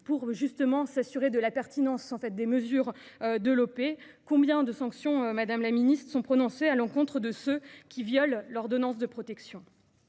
et, ce faisant, la pertinence des mesures de l’OP. Combien de sanctions, madame la ministre, sont prononcées à l’encontre de ceux qui violent l’ordonnance de protection ?